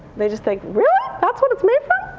they just think, really? that's what it's made from?